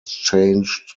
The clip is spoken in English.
changed